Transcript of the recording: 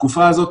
בתקופה הזאת,